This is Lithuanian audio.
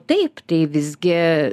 taip tai visgi